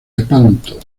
lepanto